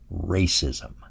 racism